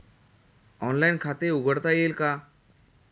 Online खाते उघडता येईल का?